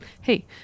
hey